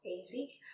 easy